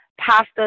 pasta